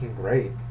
great